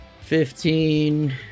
Fifteen